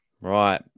Right